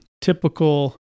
typical